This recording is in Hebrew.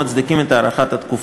המצדיקים את הארכת התקופה.